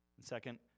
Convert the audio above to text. Second